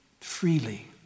freely